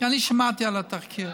אני שמעתי על התחקיר.